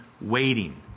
waiting